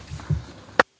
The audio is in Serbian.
Hvala.